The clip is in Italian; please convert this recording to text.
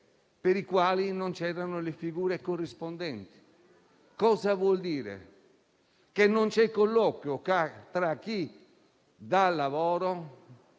ma non c'erano le figure corrispondenti. Ciò vuol dire che non c'è dialogo tra chi dà lavoro